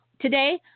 today